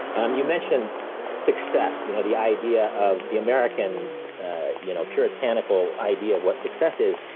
um you mentioned success, you know, the idea of the american ah you know puritanical idea of what success is.